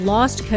Lost